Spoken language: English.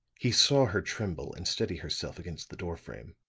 he saw her tremble and steady herself against the door-frame.